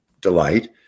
delight